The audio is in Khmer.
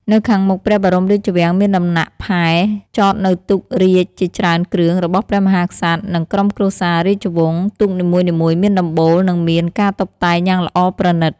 នៅខាងមុខព្រះបរមរាជវាំងមានដំណាក់ផែ ចតនៅទូករាជជាច្រើនគ្រឿង របស់ព្រះមហាក្សត្រ និង ក្រុមគ្រួសាររាជវង្ស ទូកនីមួយៗមានដំបូល និងមានការតុបតែងយ៉ាងល្អប្រណិត ។